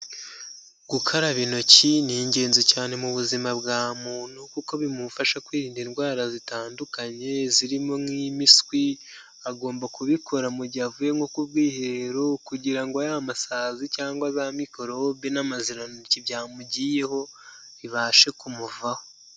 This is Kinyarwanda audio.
Gukaraba intoki ni ingenzi cyane mu buzima bwa muntu, kuko bimufasha kwirinda indwara zitandukanye, zirimo nk'impiswi, agomba kubikora mu gihe avuye nko ku bwiherero kugira ngo ya masazi cyangwa za mikorobi n'amazirantoki byamugiyeho bibashe kumuvaho.